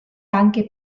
anche